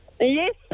Yes